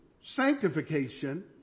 sanctification